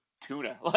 tuna